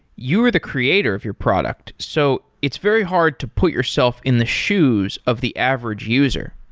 you are the creator of your product, so it's very hard to put yourself in the shoes of the average user.